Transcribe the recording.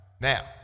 Now